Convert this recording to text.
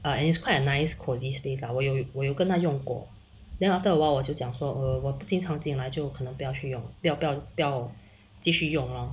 and it's quite a nice cosy space lah 我有我有跟他用过 then after a while 我就讲说呃我不经常进来就可能不要去用不要不要不要继续用 lor